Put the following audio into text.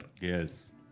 Yes